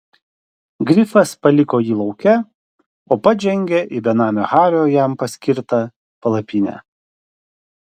grifas paliko jį lauke o pats žengė į benamio hario jam paskirtą palapinę